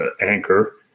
Anchor